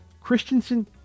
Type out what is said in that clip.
Christensen